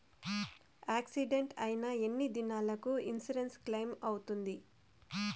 Accident అయిన ఎన్ని దినాలకు ఇన్సూరెన్సు క్లెయిమ్ అవుతుంది?